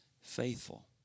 faithful